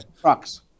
trucks